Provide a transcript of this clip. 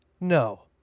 No